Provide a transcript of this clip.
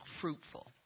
fruitful